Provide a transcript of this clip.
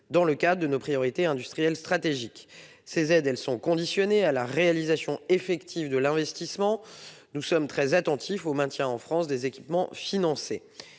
dans le cadre de nos priorités industrielles stratégiques. Elles sont conditionnées à la réalisation effective de l'investissement et nous sommes attentifs au maintien en France des équipements financés.